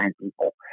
people